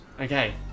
Okay